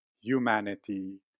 humanity